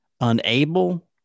unable